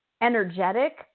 energetic